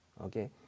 okay